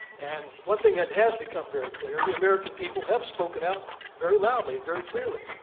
and one thing that has become very clear, the american people have spoken out very loudly and very clearly.